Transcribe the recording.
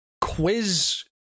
Quiz